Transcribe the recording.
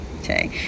okay